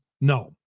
No